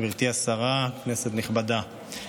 גברתי השרה, כנסת נכבדה,